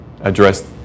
address